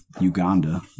Uganda